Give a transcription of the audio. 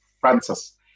Francis